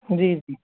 जी जी